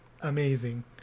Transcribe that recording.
amazing